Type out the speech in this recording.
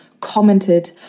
commented